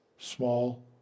Small